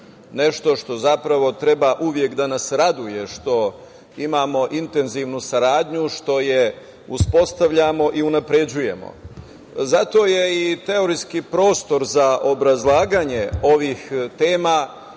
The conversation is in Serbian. nešto što zapravo treba uvek da nas raduje, što imamo intenzivnu saradnju, što je uspostavljamo i unapređujemo. Zato je i teorijski prostor za obrazlaganje ovih tema